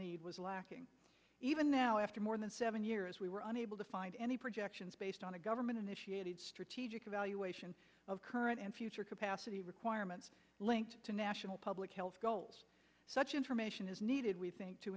need was lacking even now after more than seven years we were unable to find any projections based on a government initiated strategic evaluation of current and future capacity requirements linked to national public health goals such information is needed we think to